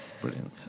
Brilliant